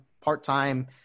part-time